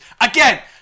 Again